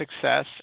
success